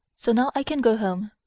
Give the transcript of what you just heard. so now i can go home.